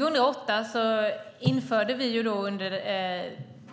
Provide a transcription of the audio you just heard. Herr talman! År 2008 under